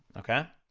okay?